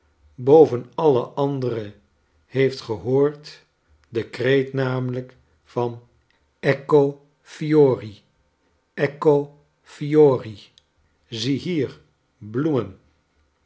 boven alle andere heeft gehoord den kreet namelijk van eccofiori ecco f i o r r r i ziehier bloemen